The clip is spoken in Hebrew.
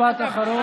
משפט אחרון.